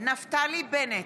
נפתלי בנט,